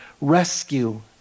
rescue